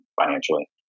financially